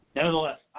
Nevertheless